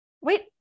wait